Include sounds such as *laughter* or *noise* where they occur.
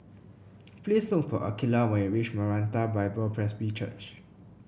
*noise* please look for Akeelah when you reach Maranatha Bible Presby Church